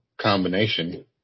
combination